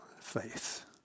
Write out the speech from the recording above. faith